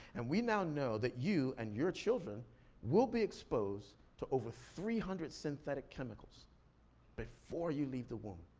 and we now know that you and your children will be exposed to over three hundred synthetic chemicals before you leave the womb.